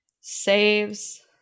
saves